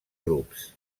grups